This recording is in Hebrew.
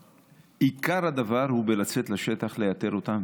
עיקר הדבר הוא בלצאת לשטח לאתר אותם,